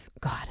God